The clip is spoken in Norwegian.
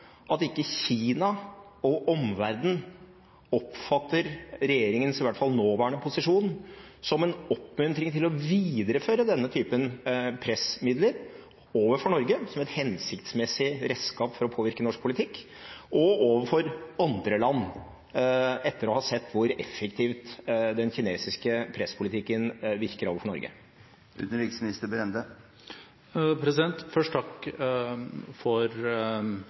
at ikke Kina og omverdenen oppfatter regjeringens posisjon, i hvert fall den nåværende posisjonen, som en oppmuntring til å videreføre denne typen pressmidler overfor Norge – og overfor andre land – som et hensiktsmessig redskap for å påvirke norsk politikk, etter å ha sett hvor effektivt den kinesiske presspolitikken virker overfor Norge? Først vil jeg takke for ordene som uttrykker anerkjennelse for